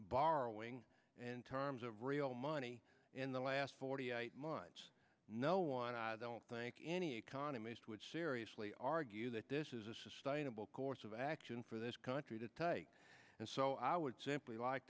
borrowing and terms of real money in the last forty eight months no one i don't think any economist would seriously argue that this is a sustainable course of action for this country to take and so i would simply like